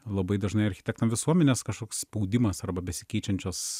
labai dažnai architektam visuomenės kažkoks spaudimas arba besikeičiančios